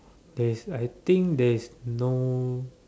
there's I think there's no